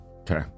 Okay